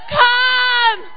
come